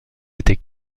était